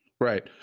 Right